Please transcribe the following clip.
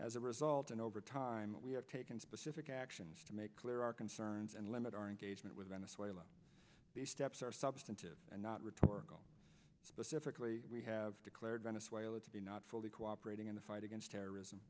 as a result and over time we have taken specific actions to make clear our concerns and limit our engagement with venezuela the steps are substantive and not rhetorical specifically we have declared venezuela to be not fully cooperating in the fight against terrorism